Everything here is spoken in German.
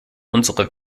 unsere